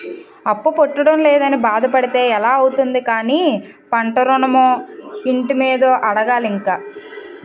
అప్పు పుట్టడం లేదని బాధ పడితే ఎలా అవుతుంది కానీ పంట ఋణమో, ఇంటి మీదో అడగాలి ఇంక